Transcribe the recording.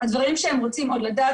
הדברים שהם רוצים עוד לדעת.